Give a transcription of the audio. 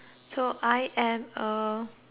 am a